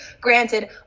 Granted